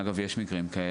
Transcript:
אגב, יש מקרים כאלה.